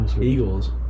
eagles